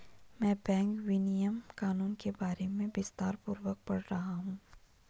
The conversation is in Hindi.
मैं बैंक विनियमन कानून के बारे में विस्तारपूर्वक पढ़ रहा हूं